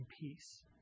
peace